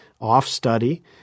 off-study